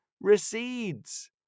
recedes